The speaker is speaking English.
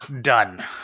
done